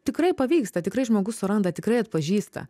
tikrai pavyksta tikrai žmogus suranda tikrai atpažįsta